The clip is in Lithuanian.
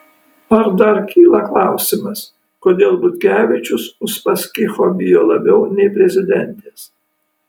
ar dar kyla klausimas kodėl butkevičius uspaskicho bijo labiau nei prezidentės